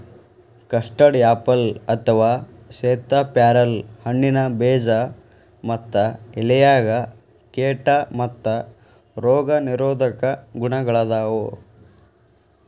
custard apple ಅಥವಾ ಸೇತಾಪ್ಯಾರಲ ಹಣ್ಣಿನ ಬೇಜ ಮತ್ತ ಎಲೆಯಾಗ ಕೇಟಾ ಮತ್ತ ರೋಗ ನಿರೋಧಕ ಗುಣಗಳಾದಾವು